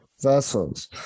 vessels